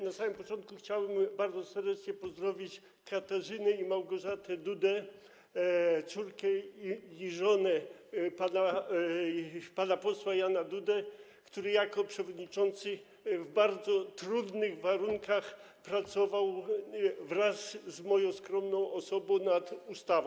Na samym początku chciałbym bardzo serdecznie pozdrowić Katarzynę Dudę i Małgorzatę Dudę, córkę i żonę pana posła Jana Dudy, który jako przewodniczący w bardzo trudnych warunkach pracował wraz z moją skromną osobą nad ustawą.